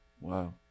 Wow